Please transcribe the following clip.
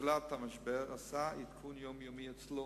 בתחילת המשבר, עשה עדכון יומיומי אצלו,